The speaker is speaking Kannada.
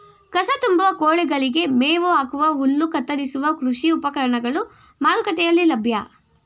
ಕಸ ತುಂಬುವ, ಕೋಳಿಗಳಿಗೆ ಮೇವು ಹಾಕುವ, ಹುಲ್ಲು ಕತ್ತರಿಸುವ ಕೃಷಿ ಉಪಕರಣಗಳು ಮಾರುಕಟ್ಟೆಯಲ್ಲಿ ಲಭ್ಯ